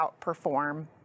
outperform